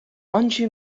آنچه